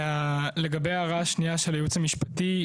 לגבי ההערה השנייה של הייעוץ המשפטי.